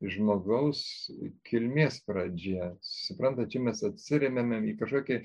žmogaus kilmės pradžia suprantat čia mes atsiremiam į kažkokį